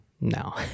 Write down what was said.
no